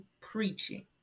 preaching